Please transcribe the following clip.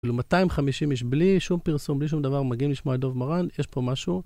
250 איש בלי שום פרסום, בלי שום דבר, מגיעים לשמוע את דוב מרן, יש פה משהו.